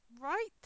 right